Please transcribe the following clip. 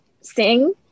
sing